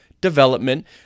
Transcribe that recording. development